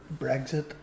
brexit